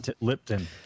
Lipton